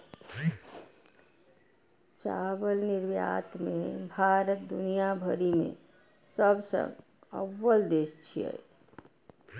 चावल निर्यात मे भारत दुनिया भरि मे सबसं अव्वल देश छियै